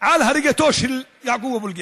על הריגתו של יעקוב אבו אלקיעאן,